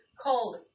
cold